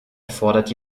erfordert